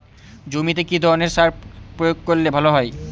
জমিতে কি ধরনের সার প্রয়োগ করলে ভালো হয়?